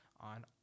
on